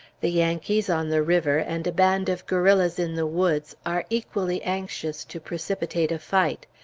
the yankees, on the river, and a band of guerrillas in the woods, are equally anxious to precipitate a fight.